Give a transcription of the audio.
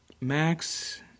Max